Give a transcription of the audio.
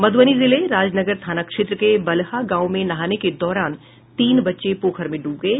मधूबनी जिले राजनगर थाना क्षेत्र के बलहा गांव में नहाने के दौरान तीन बच्चे पोखर में डूब गये